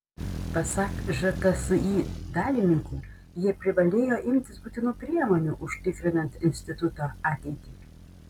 pasak žtsi dalininkų jie privalėjo imtis būtinų priemonių užtikrinant instituto ateitį